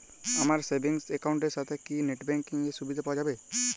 আমার savings account এর সাথে কি নেটব্যাঙ্কিং এর সুবিধা পাওয়া যাবে?